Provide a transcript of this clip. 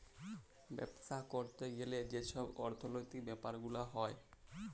বাপ্সা ক্যরতে গ্যালে যে অর্থলৈতিক ব্যাপার গুলা হ্যয়